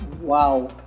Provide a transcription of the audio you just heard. Wow